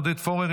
עודד פורר,